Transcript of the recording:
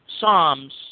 Psalms